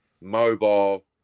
mobile